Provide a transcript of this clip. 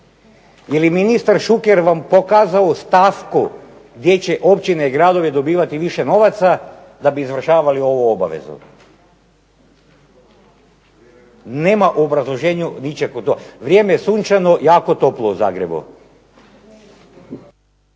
Je li ministar Šuker vam pokazao stavku gdje će općine, gradovi dobivati više novaca da bi izvršavali ovu obavezu? Nema u obrazloženju od tog. Vrijeme je sunčano, jako toplo u Zagrebu.